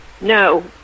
No